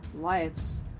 lives